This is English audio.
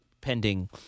pending